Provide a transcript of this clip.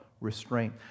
restraint